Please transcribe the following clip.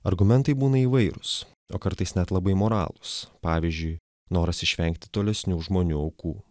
argumentai būna įvairūs o kartais net labai moralūs pavyzdžiui noras išvengti tolesnių žmonių aukų